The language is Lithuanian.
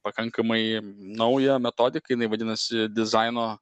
pakankamai naują metodiką jinai vadinasi dizaino